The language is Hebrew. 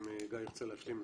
אם גיא ירצה להשלים,